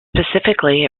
specifically